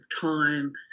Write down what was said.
time